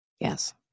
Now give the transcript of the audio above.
Yes